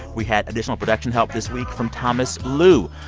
we had additional production help this week from thomas lu.